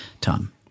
Tom